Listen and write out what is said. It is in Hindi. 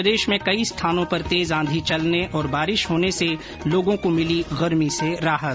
प्रदेश में कई स्थानों पर तेज आंधी चलने और बारिश होने से लोगों को मिली गर्मी से राहत